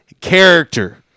character